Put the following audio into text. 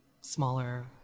smaller